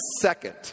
second